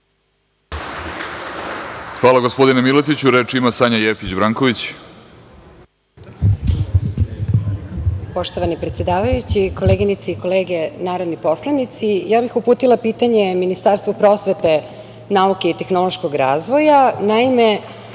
Hvala, gospodine Miletiću. Reč ima Sanja Jefić Branković.